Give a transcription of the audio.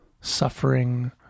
suffering